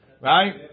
right